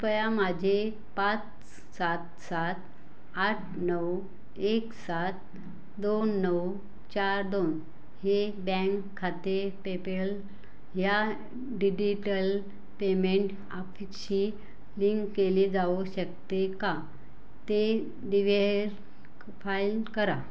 कृपया माझे पाच सात सात आठ नऊ एक सात दोन नऊ चार दोन हे बँक खाते पेपेल ह्या डिजिटल पेमेंट ॲपशी लिंक केली जाऊ शकते का ते डिवेहेर फाईल करा